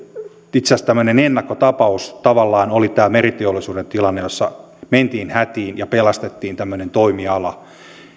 asiassa tämmöinen ennakkotapaus tavallaan oli tämä meriteollisuuden tilanne jossa mentiin hätiin ja pelastettiin tämmöinen toimiala